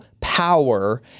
power